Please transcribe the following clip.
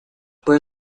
puede